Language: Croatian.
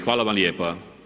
Hvala vam lijepa.